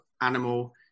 Animal